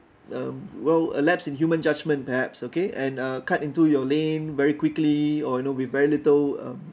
um well a lapse in human judgment perhaps okay and uh cut into your lane very quickly or you know with very little um